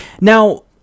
Now